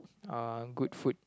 uh good food